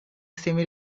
semi